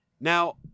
Now